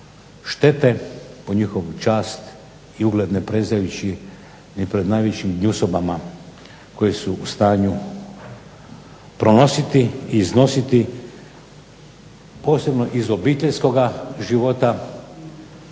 štete po njihovu čast i ugled ne prezajući ni pred najvećim gnjusobama koje su u stanju pronositi i iznositi posebno iz obiteljskoga života